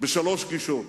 בשלוש גישות.